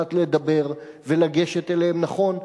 לדעת לדבר, ולגשת אליהם נכון.